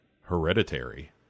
Hereditary